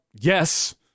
yes